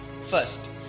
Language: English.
first